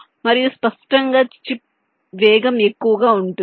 మరియు స్పష్టంగా చిప్ వేగం ఎక్కువగా ఉంటుంది